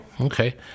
Okay